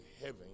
heaven